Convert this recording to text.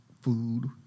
food